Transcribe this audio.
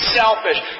selfish